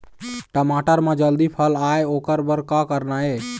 टमाटर म जल्दी फल आय ओकर बर का करना ये?